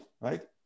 right